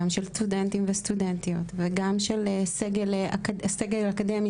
גם של סטודנטים וסטודנטיות וגם של סגל אקדמי,